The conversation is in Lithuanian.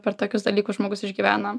per tokius dalykus žmogus išgyvena